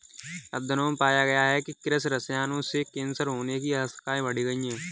अध्ययनों में पाया गया है कि कृषि रसायनों से कैंसर होने की आशंकाएं बढ़ गई